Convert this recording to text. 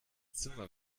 zimmer